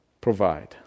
provide